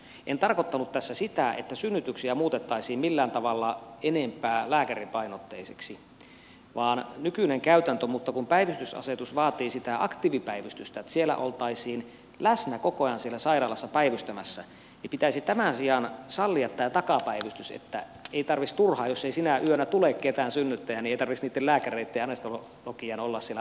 en tarkoittanut tässä sitä että synnytyksiä muutettaisiin millään tavalla enemmän lääkäripainotteisiksi vaan toimittaisiin nykyisen käytännön mukaan mutta kun päivystysasetus vaatii sitä aktiivipäivystystä sitä että siellä sairaalassa oltaisiin läsnä koko ajan päivystämässä niin pitäisi tämän sijaan sallia tämä takapäivystys niin että jos ei sinä yönä tule ketään synnyttäjää niin ei tarvitsisi turhaan niitten lääkäreitten ja anestesiologien olla siellä paikalla